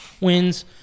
wins